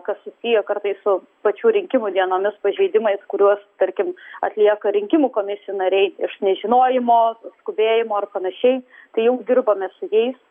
kas susiję kartais su pačių rinkimų dienomis pažeidimais kuriuos tarkim atlieka rinkimų komisijų nariai iš nežinojimo skubėjimo ar panašiai tai jau dirbame su jais